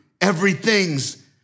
everything's